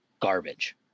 garbage